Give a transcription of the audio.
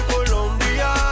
Colombia